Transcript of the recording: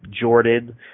Jordan